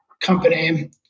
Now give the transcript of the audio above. company